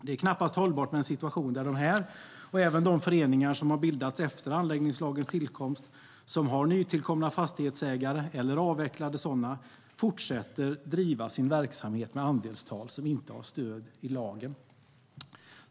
Det är knappast hållbart med en situation där dessa och även föreningar som bildats efter anläggningslagens tillkomst, som har nytillkomna fastighetsägare, eller avvecklade sådana, fortsätter att driva sina verksamheter med andelstal som inte har stöd i lagen.